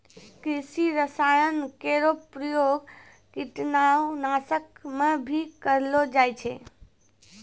कृषि रसायन केरो प्रयोग कीटाणु नाशक म भी करलो जाय छै